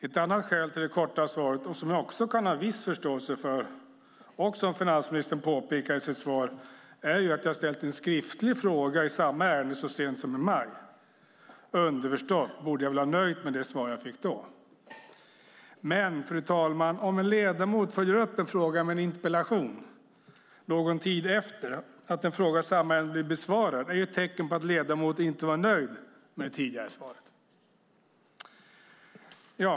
Ett annat skäl till det korta svaret, som jag också kan ha viss förståelse för, är att finansministern påpekar i sitt svar att jag har ställt en skriftlig fråga i samma ärende så sent som i maj. Underförstått borde jag ha nöjt mig med det svar som jag fick då. Men om en ledamot följer upp en fråga med en interpellation någon tid efter att en fråga i samma ärende har blivit besvarad är det ett tecken på att ledamoten inte var nöjd med det tidigare svaret.